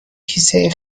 کیسه